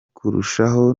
kurushaho